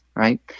Right